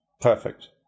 Perfect